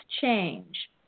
change